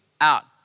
out